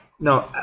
No